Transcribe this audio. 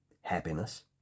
happiness